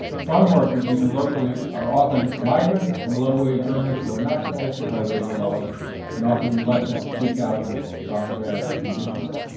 farmworkers, even locally, are often migrants and low-wage earners who are not protected by labor laws and often reluctant to speak out and about their conditions.